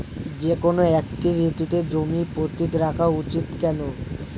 যেকোনো একটি ঋতুতে জমি পতিত রাখা উচিৎ কেন?